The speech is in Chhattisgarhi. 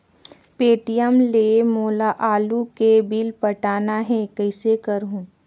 पे.टी.एम ले मोला आलू के बिल पटाना हे, कइसे करहुँ?